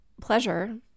pleasure